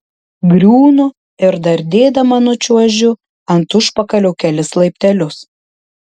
griūnu ir dardėdama nučiuožiu ant užpakalio kelis laiptelius